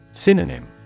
Synonym